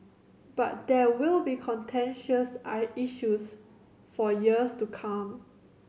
but there will be contentious I issues for years to come